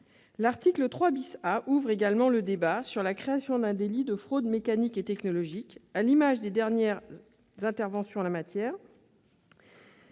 L'article 3 A ouvre le débat sur la création d'un délit de fraude mécanique et technologique. À l'image des dernières inventions en la matière